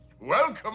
Welcome